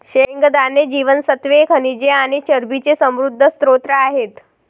शेंगदाणे जीवनसत्त्वे, खनिजे आणि चरबीचे समृद्ध स्त्रोत आहेत